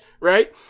right